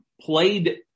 played